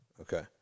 okay